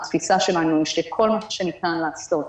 התפיסה שלנו היא שכל מה שניתן לעשות,